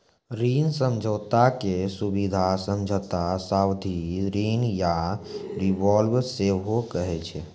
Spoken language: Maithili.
ऋण समझौता के सुबिधा समझौता, सावधि ऋण या रिवॉल्बर सेहो कहै छै